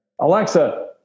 Alexa